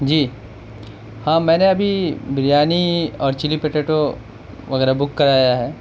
جی ہاں میں نے ابھی بریانی اور چلی پٹیٹو وغیرہ بک کرایا ہے